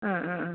ആ ആ ആ